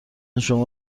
شما